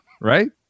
right